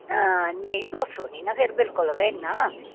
हां नेईं दौ सौ ते नेईं ना बिलकुल फिर इन्ना